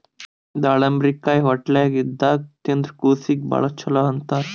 ದಾಳಿಂಬರಕಾಯಿ ಹೊಟ್ಲೆ ಇದ್ದಾಗ್ ತಿಂದ್ರ್ ಕೂಸೀಗಿ ಭಾಳ್ ಛಲೋ ಅಂತಾರ್